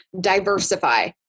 diversify